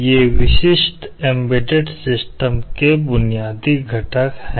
ये विशिष्ट embedded system के बुनियादी घटक हैं